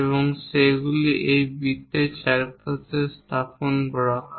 এবং সেগুলি এই বৃত্তের চারপাশে স্থাপন করা হয়